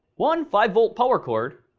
one five volt power cord